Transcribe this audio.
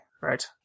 Right